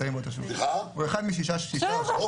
הוא אחד משישה שנמצאים באותו שולחן.